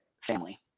family